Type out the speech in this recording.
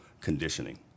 conditioning